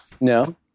No